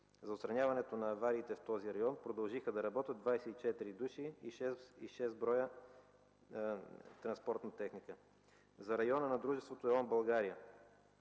За отстраняването на авариите в този район продължиха да работят 24 души и 6 бр. транспортна техника. За района на дружеството „ЕОН – България”,